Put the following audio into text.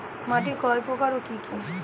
মাটি কয় প্রকার ও কি কি?